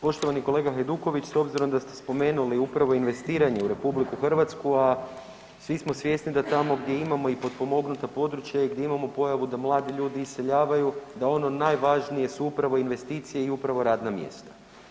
Poštovani kolega Hajduković, s obzirom da ste spomenuli upravo investiranje u Republiku Hrvatsku, a svi smo svjesni da tamo gdje imamo i potpomognuta područja i gdje imamo pojavu da mladi ljudi iseljavaju, da ono najvažnije su upravo investicije i upravo radna mjesta.